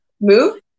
Move